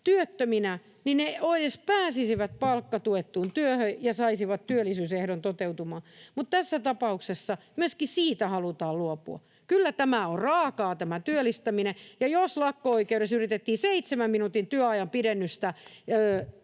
työttöminä, niin he edes pääsisivät palkkatuettuun työhön ja saisivat työllisyysehdon toteutumaan, mutta tässä tapauksessa myöskin siitä halutaan luopua. Kyllä tämä työllistäminen on raakaa. Ja jos lakko-oikeudessa yritettiin seitsemän minuutin työajan pidennystä